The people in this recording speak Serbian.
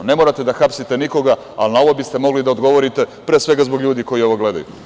Ne morate da hapsite nikoga, ali na ovo biste mogli da odgovorite, pre svega, zbog ljudi koji ovo gledaju.